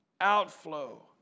Outflow